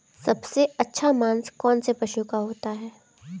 सबसे अच्छा मांस कौनसे पशु का होता है?